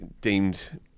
deemed